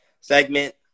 segment